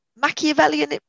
machiavellian